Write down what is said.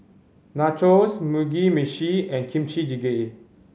Nachos Mugi Meshi and Kimchi Jjigae